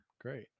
Great